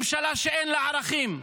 ממשלה שאין לה ערכים,